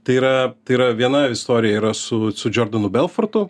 tai yra tai yra viena istorija yra su su džordanu belfortu